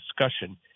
discussion